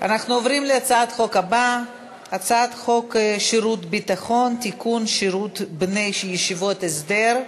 עוברים להצעת חוק שירות ביטחון (תיקון שירות בני ישיבות הסדר),